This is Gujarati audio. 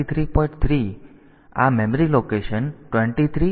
2 આ મેમરી લોકેશન 23 અને બીટ નંબર 2 છે